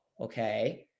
Okay